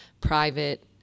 private